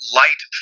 light